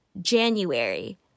January